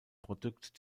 produkt